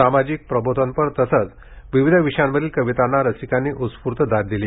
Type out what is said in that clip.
सामाजिक प्रबोधनपर तसेच विविध विषयावरील कवितांना रसिकांनी उस्फूर्त दाद दिली